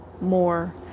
more